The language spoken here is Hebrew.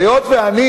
היות שאני